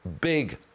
big